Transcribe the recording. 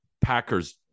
Packers